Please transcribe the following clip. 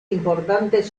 importantes